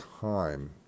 time